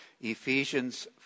Ephesians